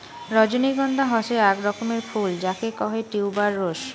রজনীগন্ধা হসে আক রকমের ফুল যাকে কহে টিউবার রোস